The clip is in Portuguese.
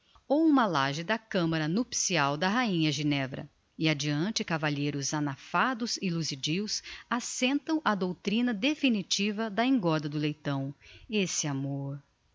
ou uma laje da camara nupcial da rainha ginevra e adiante cavalheiros anafados e luzidios assentam a doutrina definitiva da engorda do leitão esse amor